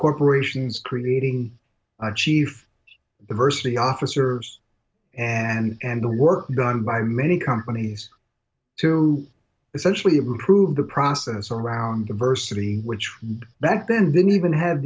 corporations creating a chief diversity officer and the work done by many companies to essentially improve the process around diversity which back then didn't even have